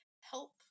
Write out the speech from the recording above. help